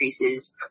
increases